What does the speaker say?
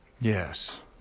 Yes